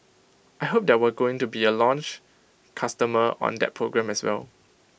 I hope that we're going to be A launch customer on that program as well